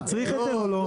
מצריך היתר או לא?